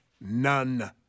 none